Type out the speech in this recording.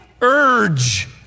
urge